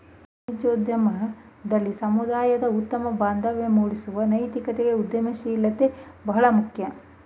ವಾಣಿಜ್ಯೋದ್ಯಮದಲ್ಲಿ ಸಮುದಾಯದ ಉತ್ತಮ ಬಾಂಧವ್ಯ ಮೂಡಿಸಲು ನೈತಿಕ ಉದ್ಯಮಶೀಲತೆ ಬಹಳ ಮುಖ್ಯ